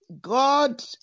God